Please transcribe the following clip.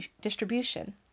distribution